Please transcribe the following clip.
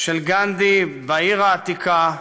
של גנדי בעיר העתיקה,